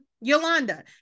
Yolanda